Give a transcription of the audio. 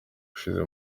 ushize